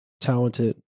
talented